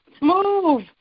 Move